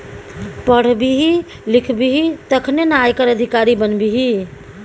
पढ़बिही लिखबिही तखने न आयकर अधिकारी बनबिही